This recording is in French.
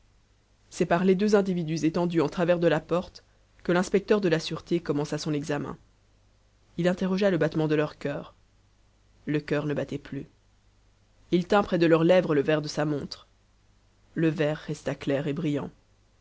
c'est par les deux individus étendus en travers de la porte que l'inspecteur de la sûreté commença son examen il interrogea le battement de leur cœur le cœur ne battait plus il tint près de leurs lèvres le verre de sa montre le verre resta clair et brillant